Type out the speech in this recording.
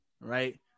right